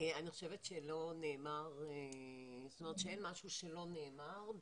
אני חושבת שאין משהו שלא נאמר.